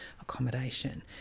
accommodation